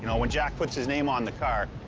you know when jack puts his name on the car,